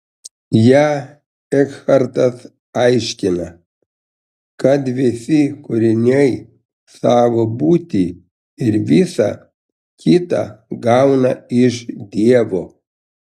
ją ekhartas aiškina kad visi kūriniai savo būtį ir visa kita gauna iš dievo